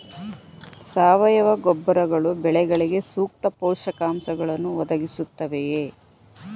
ಸಾವಯವ ಗೊಬ್ಬರಗಳು ಬೆಳೆಗಳಿಗೆ ಸೂಕ್ತ ಪೋಷಕಾಂಶಗಳನ್ನು ಒದಗಿಸುತ್ತವೆಯೇ?